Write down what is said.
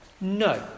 No